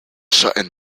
shorten